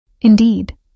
Indeed